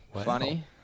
funny